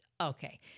Okay